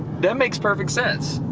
that makes perfect sense.